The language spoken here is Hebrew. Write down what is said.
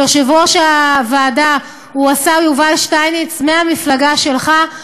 יושב-ראש הוועדה הוא השר יובל שטייניץ מהמפלגה שלך,